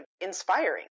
inspiring